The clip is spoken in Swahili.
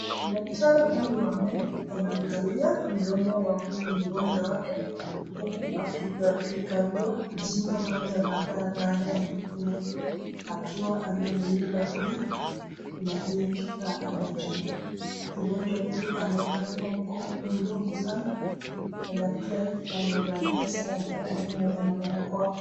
Daktari huyu wa meno anaangalia mdomo wa huyu mgonjwa wake huku akikagua jino moja baada ya nyingine akiwa anamulika pia na hiyo kifaa anacho. Mgonjwa huyu amepanua mdomo sana na daktari amevalia sare zake pamoja na barakoa.